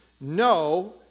No